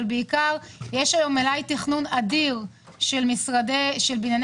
יש היום מלאי תכנון אדיר של בנייני